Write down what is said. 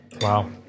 Wow